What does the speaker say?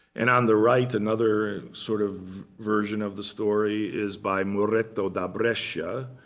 and on the right, another sort of version of the story is by moretto da brescia,